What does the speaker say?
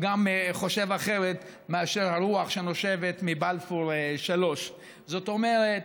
חושב אחרת מאשר הרוח שנושבת מבלפור 3. זאת אומרת,